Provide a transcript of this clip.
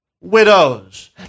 widows